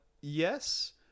Yes